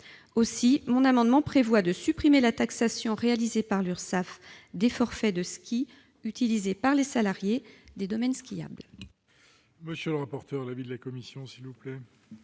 Aussi, cet amendement prévoit de supprimer la taxation, réalisée par l'Urssaf, des forfaits de ski utilisés par les salariés des domaines skiables.